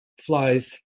flies